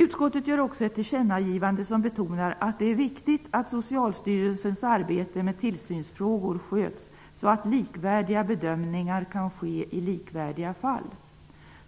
Utskottet gör också ett tillkännagivande som betonar att det är viktigt att Socialstyrelsens arbete med tillsynsfrågor sköts, så att likvärdiga bedömningar kan ske i likvärdiga fall.